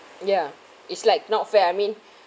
ya it's like not fair I mean